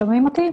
שומעים אותי?